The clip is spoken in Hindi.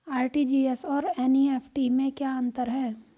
आर.टी.जी.एस और एन.ई.एफ.टी में क्या अंतर है?